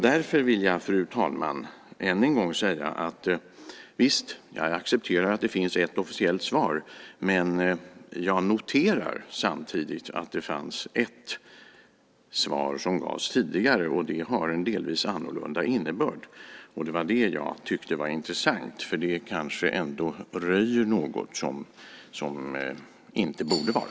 Därför vill jag, fru talman, än en gång säga att jag visst accepterar att det finns ett officiellt svar, men jag noterar samtidigt att det fanns ett svar som gavs tidigare, och det har en delvis annorlunda innebörd. Det var det jag tyckte var intressant, för det kanske ändå röjer något som inte borde vara.